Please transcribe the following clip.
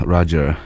Roger